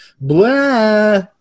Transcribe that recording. blah